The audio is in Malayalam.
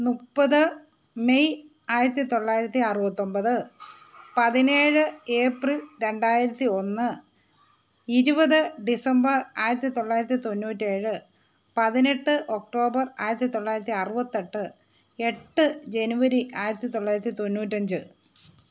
മുപ്പത് മെയ് ആയിരത്തിത്തൊള്ളായിരത്തിയറുപത്തൊമ്പത് പതിനേഴ് ഏപ്രിൽ രണ്ടായിരത്തിയൊന്ന് ഇരുപത് ഡിസംബർ ആയിരത്തിത്തൊള്ളായിരത്തിതൊണ്ണൂറ്റേഴ് പതിനെട്ട് ഒക്ടോബർ ആയിരത്തിത്തൊള്ളായിരത്തിയറുപത്തെട്ട് എട്ട് ജനുവരി ആയിരത്തിത്തൊള്ളായിരത്തിത്തൊണ്ണൂറ്റഞ്ച്